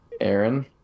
Aaron